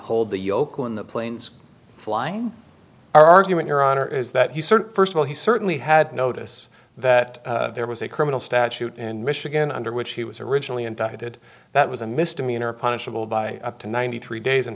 hold the yoke when the planes flying argument your honor is that he sort of all he certainly had notice that there was a criminal statute in michigan under which he was originally indicted that was a misdemeanor punishable by up to ninety three days in